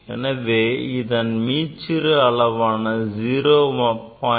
எனவே இதன் மீச்சிறு அளவான 0